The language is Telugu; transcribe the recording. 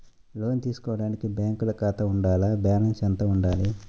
లోను తీసుకోవడానికి బ్యాంకులో ఖాతా ఉండాల? బాలన్స్ ఎంత వుండాలి?